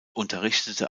unterrichtete